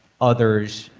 others,